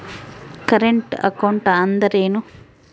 Current account ಅಂದರೇನು?